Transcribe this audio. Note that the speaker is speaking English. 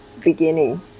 beginning